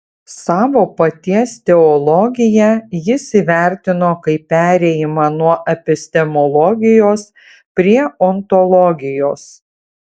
savo paties teologiją jis įvertino kaip perėjimą nuo epistemologijos prie ontologijos